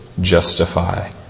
justify